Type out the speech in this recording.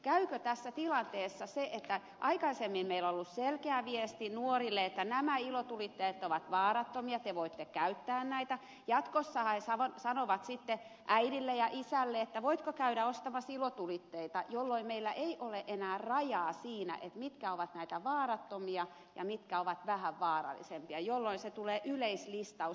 käykö tässä tilanteessa niin että kun aikaisemmin meillä on ollut selkeä viesti nuorille että nämä ilotulitteet ovat vaarattomia ja te voitte käyttää näitä jatkossa he sanovat sitten äidille ja isälle että voitko käydä ostamassa ilotulitteita jolloin meillä ei ole enää rajaa siinä mitkä ovat näitä vaarattomia ja mitkä ovat vähän vaarallisempia kun tulee yleislistaus